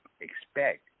expect